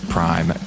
Prime